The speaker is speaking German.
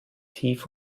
tief